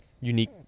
unique